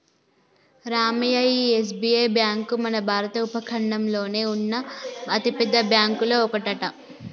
రామయ్య ఈ SBI bank మన భారత ఉపఖండంలోనే ఉన్న అతిపెద్ద బ్యాంకులో ఒకటట